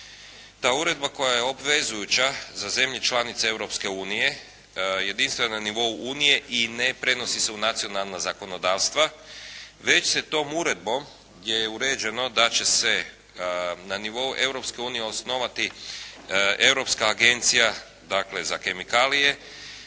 Ta uredba koja je obvezujuća za zemlje članice Europske unije, jedinstvena je na nivou Unije i ne prenosi se u nacionalna zakonodavstva već se tom uredbom gdje je uređeno da će se na nivou Europske unije osnovati Europska agencija dakle za kemikalije